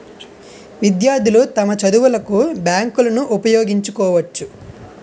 విద్యార్థులు తమ చదువులకు బ్యాంకులను ఉపయోగించుకోవచ్చు